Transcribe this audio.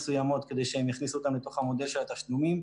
מצוין.